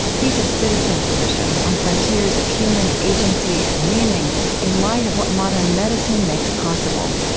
he's a citizen physician on frontiers of human agency and meaning in light of what modern medicine makes possible.